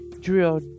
drill